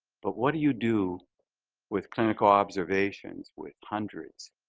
but what do you do with clinical observations with hundreds